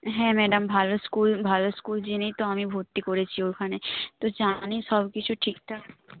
হ্যাঁ ম্যাডাম ভালো স্কুল ভালো স্কুল জেনেই আমি তো ভর্তি করেছি ওখানে তো জানি সবকিছু ঠিকঠাক